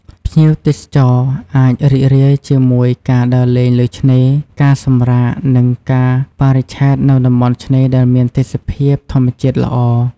ភ្ញៀវទេសចរអាចរីករាយជាមួយការដើរលេងលើឆ្នេរ ការសម្រាក និងការបរិច្ឆេទនៅតំបន់ឆ្នេរដែលមានទេសភាពធម្មជាតិល្អ។